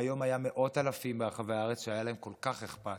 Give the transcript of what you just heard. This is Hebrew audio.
והיום היו מאות אלפים ברחבי הארץ שהיה להם כל כך אכפת,